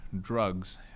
drugs